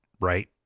right